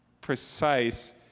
precise